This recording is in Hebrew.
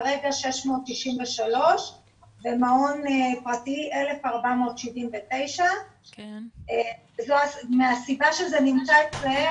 כרגע 693 ומעון פרטי 1479. מהסיבה שזה נמצא אצלם